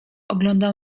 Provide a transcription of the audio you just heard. oglądał